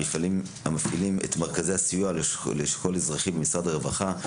המפעילים את מרכזי הסיוע לשכול אזרחי במשרד הרווחה,